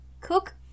Cook